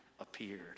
appeared